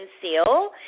seal